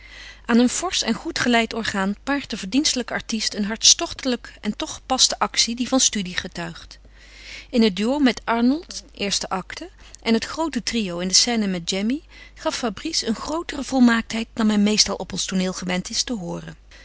aan een forsch en goed geleid orgaan paart de verdienstelijke artist een hartstochtelijke en toch gepaste actie die van studie getuigt in het duo met arnold aen en het groote trio in de scène met jemmy gaf fabrice een grootere volmaaktheid dan men meestal op ons tooneel gewend is te hooren